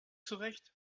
zurecht